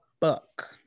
book